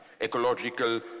ecological